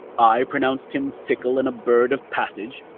i pronounced him fickle and a bird of passage,